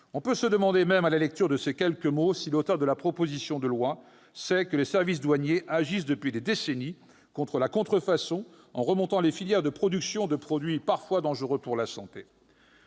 On peut même se demander, à la lecture de ces propos, si l'auteur de la proposition de loi sait que les services douaniers agissent depuis des décennies contre la contrefaçon en remontant les filières de production de produits parfois dangereux pour la santé.